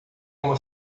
uma